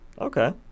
okay